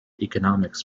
economics